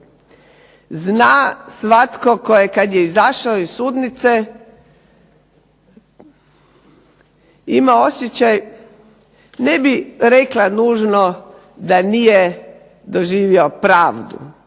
Zna svatko tko je kad je izašao iz sudnice imao osjećaj ne bih rekla nužno da nije doživio pravdu